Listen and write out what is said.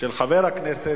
שאלתי מה הם רוצים.